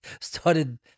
started